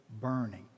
burning